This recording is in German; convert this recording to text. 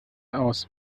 aus